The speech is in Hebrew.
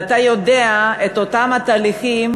ואתה יודע את אותם תהליכים